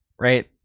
right